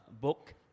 book